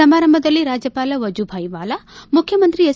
ಸಮಾರಂಭದಲ್ಲಿ ರಾಜ್ಯಪಾಲ ವಜೂ ಭಾಯಿ ವಾಲಾ ಮುಖ್ಯಮಂತ್ರಿ ಎಚ್